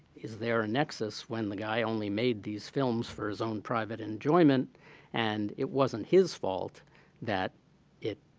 is there a nexus when the guy only made these films for his own private enjoyment and it wasn't his fault that it,